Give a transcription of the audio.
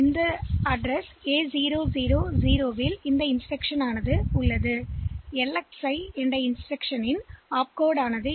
எனவே இன்ஸ்டிரக்ஷன் அமைந்துள்ளது என்று மெமரி இடத்தில் A000 ஹெக்ஸ்வைத்துக் கொள்ளுங்கள்